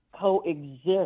coexist